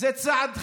זה צעד חיובי,